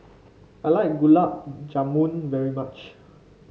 I like Gulab Jamun very much